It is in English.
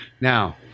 Now